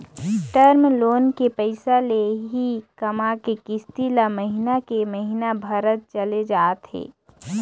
term loan के पइसा ले ही कमा के किस्ती ल महिना के महिना भरत चले जाथे